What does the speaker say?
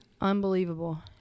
Unbelievable